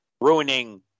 ruining